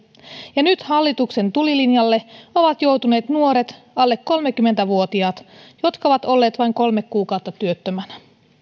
ja nyt hallituksen tulilinjalle ovat joutuneet nuoret alle kolmekymmentä vuotiaat jotka ovat olleet vain kolme kuukautta työttömänä